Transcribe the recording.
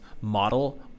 model